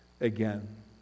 again